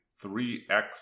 3x